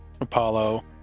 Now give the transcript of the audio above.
Apollo